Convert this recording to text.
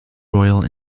royal